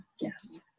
Yes